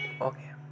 okay